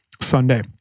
Sunday